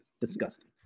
disgusting